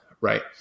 right